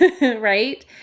right